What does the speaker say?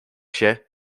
się